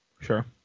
Sure